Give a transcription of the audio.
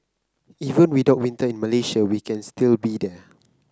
even without winter in Malaysia we can still be there